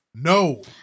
No